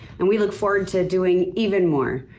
and we look forward to doing even more.